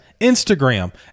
instagram